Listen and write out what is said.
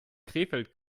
krefeld